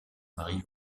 marie